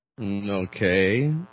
Okay